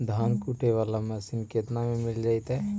धान कुटे बाला मशीन केतना में मिल जइतै?